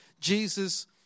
Jesus